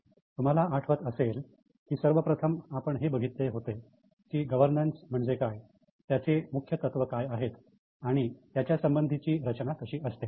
तुम्हाला आठवत असेल की सर्वप्रथम आपण हे बघितलं होतं की गव्हर्नन्स म्हणजे काय त्याचे मुख्य तत्व काय आहेत आणि त्याच्या संबंधीची रचना कशी असते